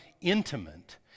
intimate